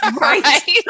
right